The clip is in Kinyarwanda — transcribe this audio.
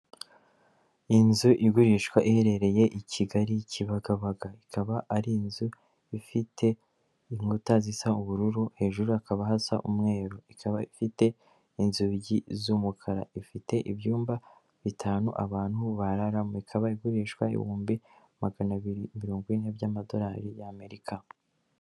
Inzu igurishwa iherereye i Kigali kibagabaga, ikaba ari inzu ifite inkuta zisa ubururu hejuru hakaba haza umweru, ikaba ifite inzugi z'umukara, ifite ibyumba bitanu abantu bararamo, ikaba igurishwa ibihumbi magana abiri mirongo ine by'amadolari y'Amerika.